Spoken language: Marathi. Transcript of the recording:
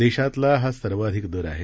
देशातला हा सर्वाधिक दर आहे